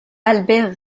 albert